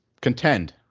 contend